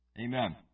Amen